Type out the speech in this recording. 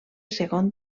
segon